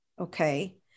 okay